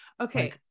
okay